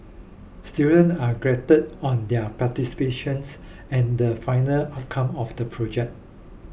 students are graded on their participations and the final outcome of the project